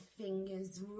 fingers